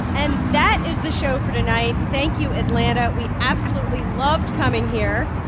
and that is the show for tonight. thank you, atlanta. we absolutely loved coming here